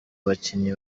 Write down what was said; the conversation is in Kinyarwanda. abakinnyi